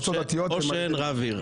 או שאין רב עיר.